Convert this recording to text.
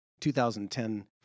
2010